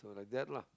like that lah